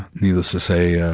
needless to say, ah,